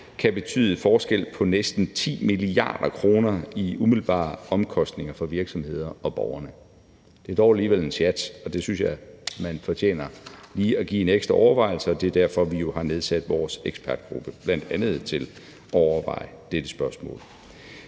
kan betyde en forskel på næsten 10 mia. kr. i umiddelbare omkostninger for virksomhederne og borgerne. Det er dog alligevel en sjat, og det synes jeg man fortjener lige at give en ekstra overvejelse, og det er derfor, at vi jo har nedsat vores ekspertgruppe, bl.a. til at overveje dette spørgsmål.